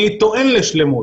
אני טוען לשלמות,